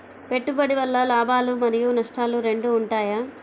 పెట్టుబడి వల్ల లాభాలు మరియు నష్టాలు రెండు ఉంటాయా?